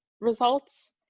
results